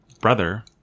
brother